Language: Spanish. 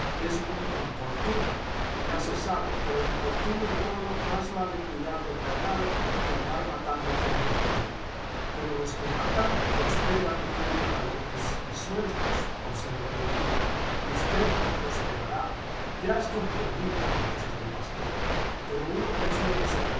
es muy eniportuno ya se sabe pero emportiino y todo más vale cuidar del ganado que andar matando gente por ahí pero los que matan prosperan y tienen galones y sueldos observó leguía y usted no prosperará ya es comprendido contestó el pastor pero uno prefiere su